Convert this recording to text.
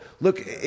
Look